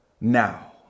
now